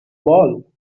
ball